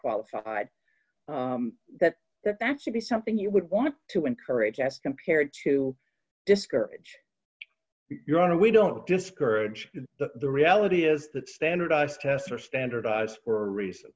qualified that that that should be something you would want to encourage as compared to discourage your honor we don't discourage it the reality is that standardized tests are standardized for reason